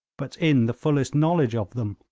but in the fullest knowledge of them!